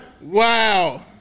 Wow